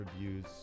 reviews